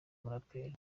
muraperi